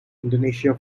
indonesia